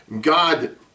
God